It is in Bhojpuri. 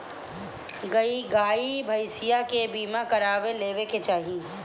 गाई भईसा के बीमा करवा लेवे के चाही